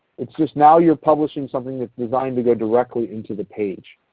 it's just now you are publishing something that's designed to go directly into the page.